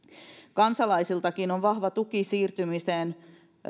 kansalaisiltakin on vahva tuki siirtymiseen